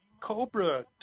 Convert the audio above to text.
Cobra